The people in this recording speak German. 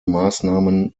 maßnahmen